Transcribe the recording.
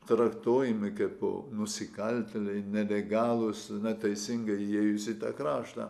traktuojami kaip nusikaltėliai nelegalūs neteisingai įėjus į tą kraštą